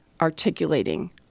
articulating